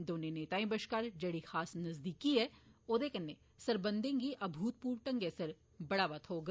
दौने नेताएं बश्कार जेड़ी खास नज़दीकी ऐ औदे कन्नै सरबंधै गी अभूतपूर्व ढंगै सिर बढ़ावा थ्होग